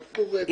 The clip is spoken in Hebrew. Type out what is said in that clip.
מפורטת,